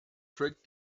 trick